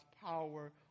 power